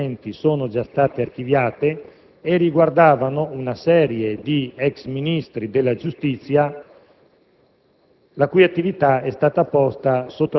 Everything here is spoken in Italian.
alcune posizioni processuali precedenti sono già state archiviate: riguardavano una serie di ex Ministri della giustizia,